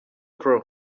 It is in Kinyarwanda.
pro